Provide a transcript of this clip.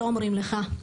לא אומרים לך.